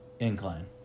Incline